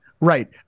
Right